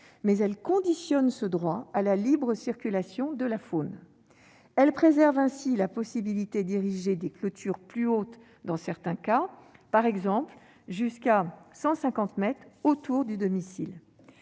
elle le soumet à la libre circulation de la faune. Elle préserve ainsi la possibilité d'ériger des clôtures plus hautes dans certains cas, par exemple jusqu'à cent cinquante mètres autour du domicile.